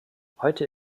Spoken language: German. heute